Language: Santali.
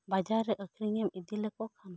ᱵᱟᱡᱟᱨ ᱨᱮ ᱟᱠᱷᱨᱤᱧᱮᱢ ᱤᱫᱤ ᱞᱮᱠᱚ ᱠᱷᱟᱱ